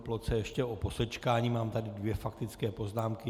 Ploce ještě o posečkání, mám tady dvě faktické poznámky.